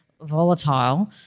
volatile